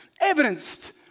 evidenced